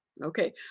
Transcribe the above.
Okay